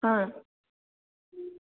हाँ